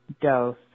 dose